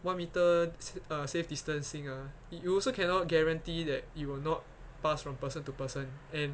one meter uh safe distancing ah you also cannot guarantee that you will not pass from person to person and